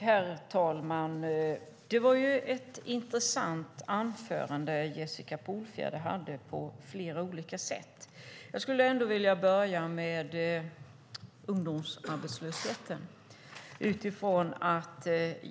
Herr talman! Det var ett intressant anförande Jessica Polfjärd hade på flera olika sätt. Jag skulle ändå vilja börja med ungdomsarbetslösheten.